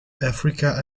africa